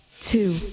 two